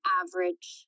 average